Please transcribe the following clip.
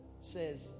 says